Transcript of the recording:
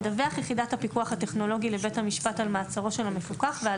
תדווח יחידת הפיקוח הטכנולוגי לבית המשפט על מעצרו של המפוקח ועל